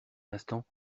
l’instant